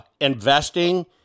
investing